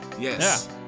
Yes